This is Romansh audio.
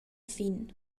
fin